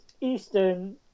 Eastern